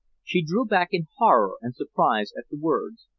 she drew back in horror and surprise at the words.